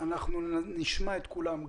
נשמע את כולם,